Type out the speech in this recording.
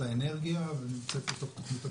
האנרגיה ונמצאת בתוך תוכנית הפיתוח.